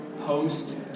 post